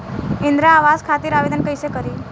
इंद्रा आवास खातिर आवेदन कइसे करि?